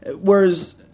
whereas